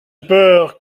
peur